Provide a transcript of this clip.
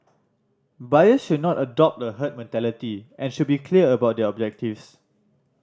buyers should not adopt a herd mentality and should be clear about their objectives